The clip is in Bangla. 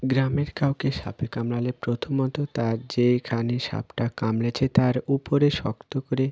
গ্রামের কাউকে সাপে কামড়ালে প্রথমত তার যেখানে সাপটা কামড়েছে তার উপরে শক্ত করে